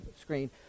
screen